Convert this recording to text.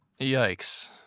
Yikes